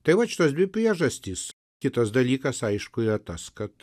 tai vat šios dvi priežastys kitas dalykas aišku yra tas kad